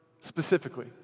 specifically